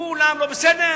כולם לא בסדר?